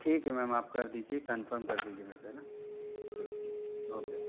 ठीक है मैंम आप कर दीजिए कंफर्म कर दीजिए मे को है ना ठीक है ओके